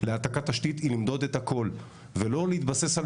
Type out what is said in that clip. להעתקת תשתית היא למדוד את הכול ולא להתבסס.